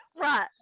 Right